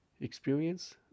Experience